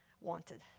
wanted